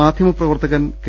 മാധ്യമ പ്രവർത്തകൻ കെ